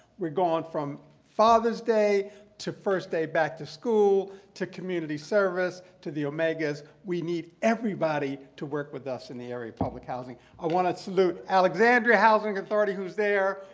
we're going from father's day to first day back to school to community service to the omegas. we need everybody to work with us in the area of public housing. i want to salute alexandria housing authority, who's there.